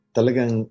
Talagang